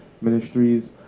Ministries